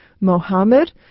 Mohammed